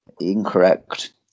Incorrect